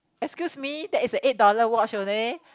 excuse me that is a eight dollar watch okay